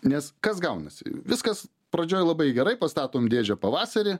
nes kas gaunasi viskas pradžioj labai gerai pastatom dėžę pavasarį